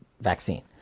vaccine